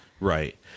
Right